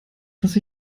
dass